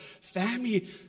family